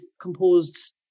composed